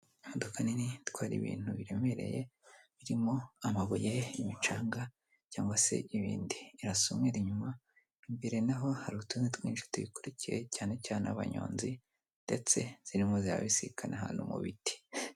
Imodoka nini itwara ibintu biremereye birimo amabuye imicanga cyangwa se ibindi, irasa umweru inyuma, imbere naho hari utundi twinshi tuyikurikiye cyane cyane abanyonzi ndetse zirimo zirabisikana ahantu mu biti.